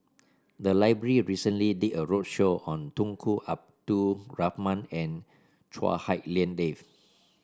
the library recently did a roadshow on Tunku Abdul Rahman and Chua Hak Lien Dave